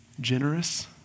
generous